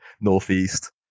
northeast